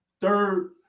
Third